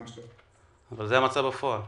אבל זה המצב בפועל.